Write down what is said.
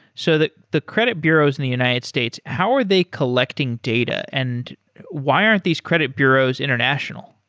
so the the credit bureaus in the united states, how are they collecting data and why aren't these credit bureaus international?